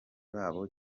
babo